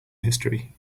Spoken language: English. history